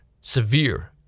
severe